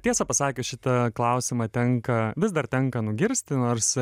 tiesą pasakius šitą klausimą tenka vis dar tenka nugirsti nors